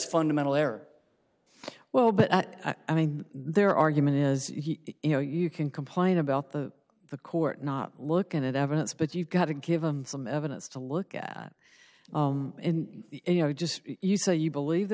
fundamental error well but i mean their argument is you know you can complain about the the court not looking at evidence but you've got to give them some evidence to look at and you know just you say you believe there